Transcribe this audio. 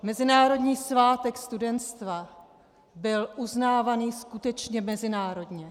Mezinárodní svátek studentstva byl uznávaný skutečně mezinárodně.